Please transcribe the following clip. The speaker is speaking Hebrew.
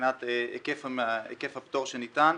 מבחינת היקף הפטור שניתן.